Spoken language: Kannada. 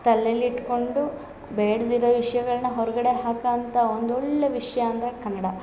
ತಲೇಲಿ ಇಟ್ಕೊಂಡು ಬೇಡ್ದಿರೋ ವಿಷ್ಯಗಳನ್ನ ಹೊರಗಡೆ ಹಾಕೊವಂಥ ಒಂದೊಳ್ಳೆಯ ವಿಷಯ ಅಂದರೆ ಕನ್ನಡ